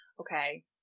okay